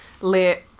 let